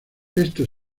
esto